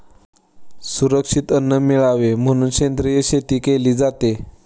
सुरक्षित अन्न मिळावे म्हणून सेंद्रिय शेती केली जाते